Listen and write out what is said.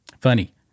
Funny